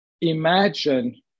imagine